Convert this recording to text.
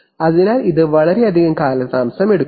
അതിനാൽ ഇത് വളരെയധികം കാലതാമസം എടുക്കുന്നു